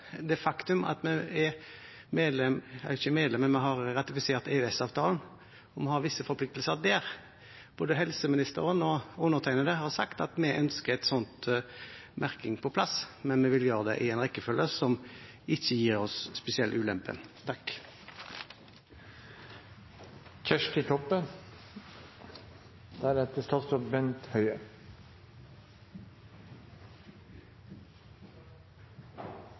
det faktum at vi har ratifisert EØS-avtalen, og vi har visse forpliktelser der. Både helseministeren og undertegnede har sagt at vi ønsker en sånn merking på plass, men vi vil gjøre det i en rekkefølge som ikke gir oss spesielle